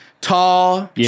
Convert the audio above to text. Tall